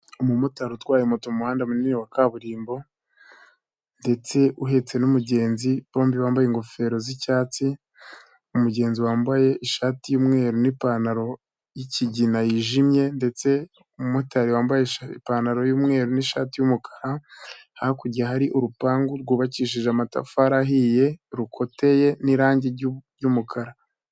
Umumotari utwaye moto mu muhanda munini wa kaburimbo ndetse uhetse n'umugenzi bombi bambaye ingofero z'icyatsi, umugenzi wambaye ishati y'umweru n'ipantaro y'ikigina yijimye ndetse umumotari wambaye ipantaro y'umweru n'ishati y'umukara, hakurya hari urupangu rwubakishije amatafari ahiye rukoteye n'irangi ry'umukara.